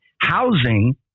Housing